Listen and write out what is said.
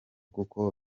kuko